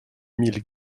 mille